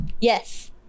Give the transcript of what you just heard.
yes